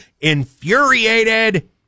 infuriated